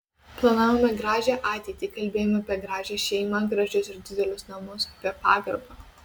planavome gražią ateitį kalbėjome apie gražią šeimą gražius ir didelius namus apie pagarbą